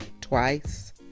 twice